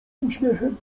uśmiechem